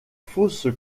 fausse